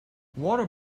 water